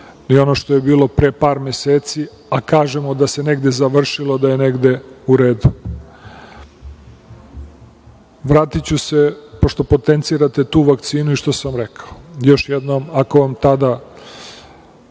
ni ono što je bilo pre par meseci, a kažemo da se negde završilo, da je negde u redu. Vratiću se, pošto potencirate tu vakcinu i što sam rekao, još jednom, ako vam tada